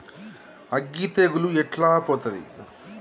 అగ్గి తెగులు ఎట్లా పోతది?